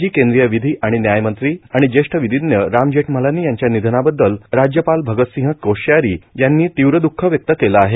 माजी केंद्रीय विधी आणि न्याय मंत्री आणि ज्येष्ठ विधिज्ञ राम जेठमलानी यांच्या निधनाबददल राज्यपाल भगत सिंह कोश्यारी यांनी तीव्र दुःख व्यक्त केले आहे